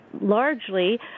largely